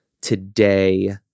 today